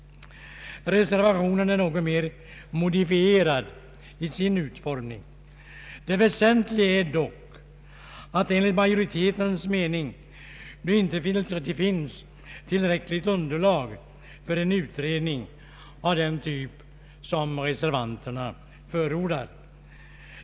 Reservationen är något mer modifierad i sin utformning. Det väsentliga är dock att enligt majoritetens mening finns inte tillräckligt underlag för en utredning av den typ som reservanterna förordar.